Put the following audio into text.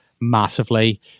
massively